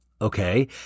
Okay